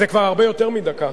זה כבר הרבה יותר מדקה.